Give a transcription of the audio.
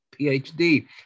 PhD